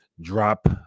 drop